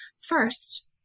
First